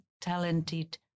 talented